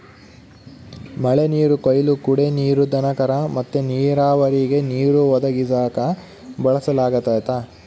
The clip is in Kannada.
ಮಳೆನೀರು ಕೊಯ್ಲು ಕುಡೇ ನೀರು, ದನಕರ ಮತ್ತೆ ನೀರಾವರಿಗೆ ನೀರು ಒದಗಿಸಾಕ ಬಳಸಲಾಗತತೆ